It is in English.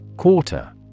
Quarter